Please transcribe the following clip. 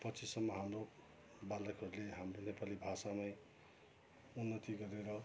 पछिसम्म हाम्रो बालकहरूले हाम्रो नेपाली भाषामै उन्नति गरेर